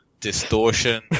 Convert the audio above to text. distortion